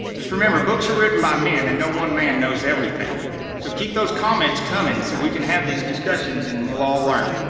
just remember books are written by men and no one man knows everything so keep those comments coming so we can have these discussions and we'll all learn